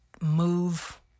move